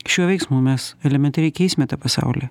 šiuo veiksmu mes elementariai keisime tą pasaulį